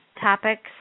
topics